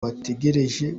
bategereje